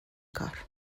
کار